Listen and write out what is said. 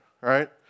right